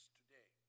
today